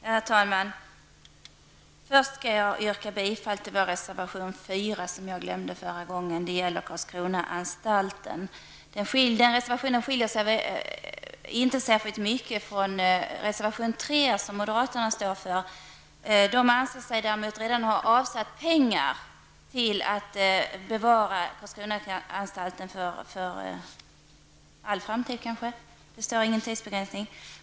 Herr talman! Först skall jag yrka bifall till vår reservation 4, vilket jag glömde i mitt förra anförande. Den gäller Karlskronaanstalten. Reservationen skiljer sig inte särskilt mycket från reservation 3, som moderaterna står för. De anser sig däremot redan ha avsatt pengar till att bevara Karlskronaanstalten, för all framtid kanske, det står ingen tidsbegränsning.